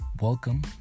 Welcome